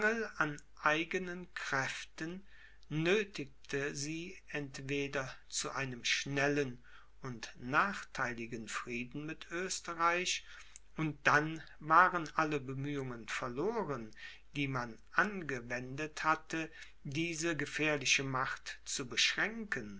an eigenen kräften nöthigte sie entweder zu einem schnellen und nachtheiligen frieden mit oesterreich und dann waren alle bemühungen verloren die man angewendet hatte diese gefährliche macht zu beschränken